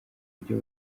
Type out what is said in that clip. buryo